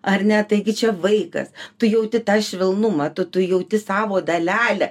ar ne taigi čia vaikas tu jauti tą švelnumą tu tu jauti savo dalelę